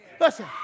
Listen